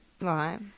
Right